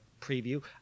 preview